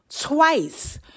twice